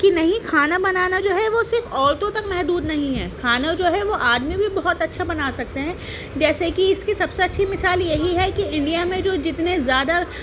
کہ نہیں کھانا بنانا جو ہے وہ صرف عورتوں تک محدود نہیں ہے کھانا جو ہے وہ آدمی بھی بہت اچھا بنا سکتے ہیں جیسے کہ اس کی سب سے اچھی مثال یہی ہے کہ انڈیا میں جو جتنے زیادہ